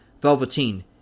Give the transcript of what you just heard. Velveteen